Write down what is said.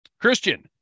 Christian